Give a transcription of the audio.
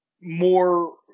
more